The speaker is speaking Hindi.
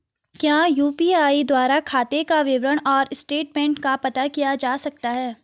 क्या यु.पी.आई द्वारा खाते का विवरण और स्टेटमेंट का पता किया जा सकता है?